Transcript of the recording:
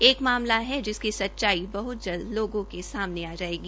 एक मामला है जिसकी सच्चाई बह्त जल्द लोगों के सामने आ जायेगी